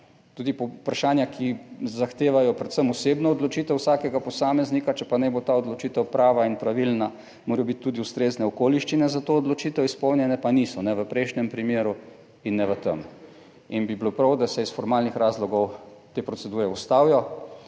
tudi vprašanja, ki zahtevajo predvsem osebno odločitev vsakega posameznika, če pa naj bo ta odločitev prava in pravilna, morajo biti tudi ustrezne okoliščine za to odločitev izpolnjene pa niso: ne v prejšnjem primeru in ne v tem. In bi bilo prav, da se iz formalnih razlogov te procedure ustavijo.